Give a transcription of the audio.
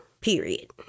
Period